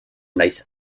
nahiz